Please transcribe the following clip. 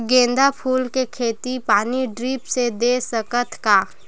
गेंदा फूल के खेती पानी ड्रिप से दे सकथ का?